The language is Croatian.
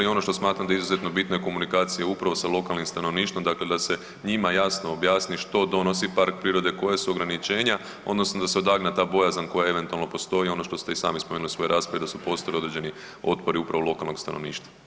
I ono što smatram da izuzetno bitna je komunikacija upravo sa lokalnim stanovništvom dakle da se njima jasno objasni što donosi park prirode, koja su ograničenja odnosno da se odagna ta bojazan koja eventualno postoji i ono što ste i sami spomenuli u svojoj raspravi da su postojali određeni otpori upravo lokalnog stanovništva.